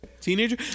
Teenager